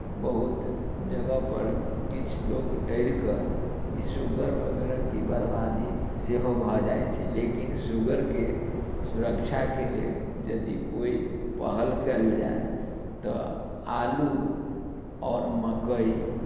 बहुत जगहपर किछु लोक डरि कऽ की सूगर वगैरहके बर्बादी सेहो भऽ जाइ छै लेकिन सूगरके सुरक्षाके लेल यदि कोइ पहल कयल जाय तऽ आलू आओर मक्कइ